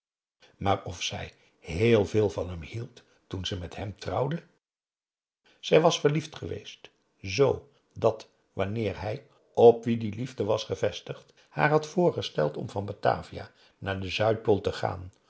maar of zij heel veel van hem hield toen ze met hem trouwde zij was verliefd geweest z dat wanneer hij op wien die liefde was gevestigd haar had voorgesteld om van batavia naar de zuidpool te gaan